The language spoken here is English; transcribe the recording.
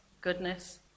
goodness